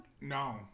No